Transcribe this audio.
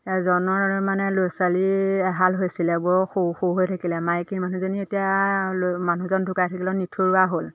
এজনৰ মানে ল'ৰা ছোৱালী এহাল হৈছিলে বৰ সৰু সৰু হৈ থাকিলে মাইকী মানুহজনী এতিয়া লৈ মানুহজন ঢুকাই থাকিলত নিঠৰুৱা হ'ল